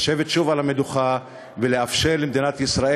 לשבת שוב על המדוכה ולאפשר למדינת ישראל